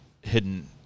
hidden